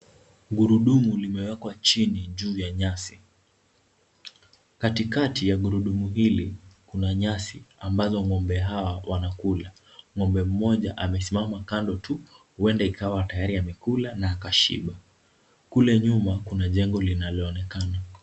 Gurudumu limewekwa chini juu ya nyasi, katikati ya gurudumu hili kuna nyasi ambazo ng'ombe hawa wanakula, ng'ombe mmoja amesimama kando tu huenda ikawa tayari amekula na akashiba. Kule nyuma kuna jengo linaloonekana.